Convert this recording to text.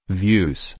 views